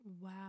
wow